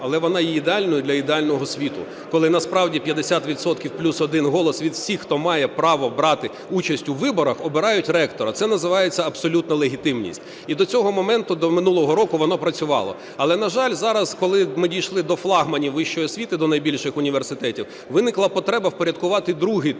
Але вона є ідеальною для ідеального світу, коли насправді 50 відсотків плюс 1 голос від всіх, хто має право брати участь у виборах, обирають ректора – це називається абсолютна легітимність. І до цього моменту, до минулого року, воно працювало. Але, на жаль, зараз, коли ми дійшли до флагманів вищої освіти, до найбільших університетів, виникла потреба впорядкувати другий тур.